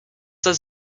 there